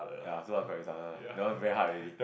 ya so like quite retarded lah that one very hard already